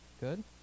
Good